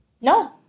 No